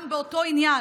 גם באותו עניין,